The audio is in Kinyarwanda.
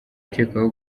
ukekwaho